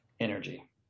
energy